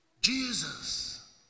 Jesus